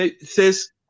Says